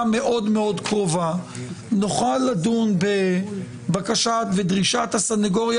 המאוד מאוד קרובה נוכל לדון בבקשת ודרישת הסניגוריה